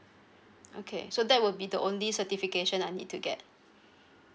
okay so that will be the only certification I need to get